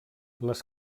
les